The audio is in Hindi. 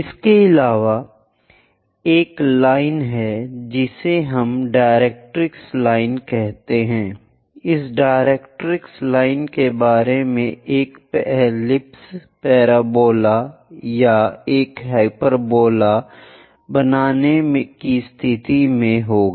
इसके अलावा एक लाइन है जिसे हम डायरेक्ट्रिक्स लाइन कहते हैं इस डायरेक्ट्रिक्स लाइन के बारे में एक एलिप्स पैराबोला या एक हाइपरबोला बनाने की स्थिति में होगा